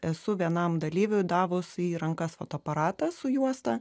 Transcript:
esu vienam dalyviui davus į rankas fotoaparatą su juosta